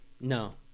No